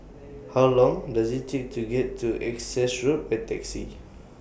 How Long Does IT Take to get to Essex Road By Taxi